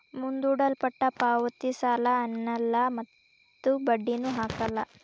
ಮುಂದೂಡಲ್ಪಟ್ಟ ಪಾವತಿ ಸಾಲ ಅನ್ನಲ್ಲ ಮತ್ತು ಬಡ್ಡಿನು ಹಾಕಲ್ಲ